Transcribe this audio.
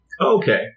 Okay